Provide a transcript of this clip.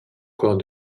corps